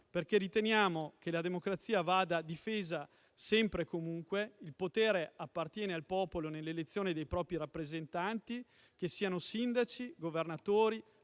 perché riteniamo che la democrazia vada difesa sempre e comunque. Il potere appartiene al popolo nell'elezione dei propri rappresentanti: che siano sindaci, Governatori,